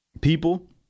people